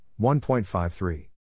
1.53